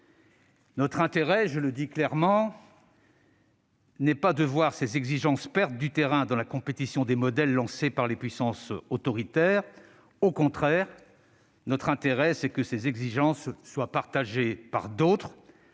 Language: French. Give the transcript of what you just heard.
Notre intérêt- je le dis très clairement -n'est pas de voir ces exigences perdre du terrain dans la compétition des modèles lancée par les puissances autoritaires. Au contraire, notre intérêt est que ces exigences soient partagées par d'autres,